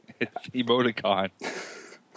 emoticon